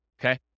okay